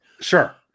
Sure